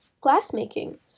Glassmaking